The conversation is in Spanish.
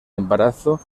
embarazo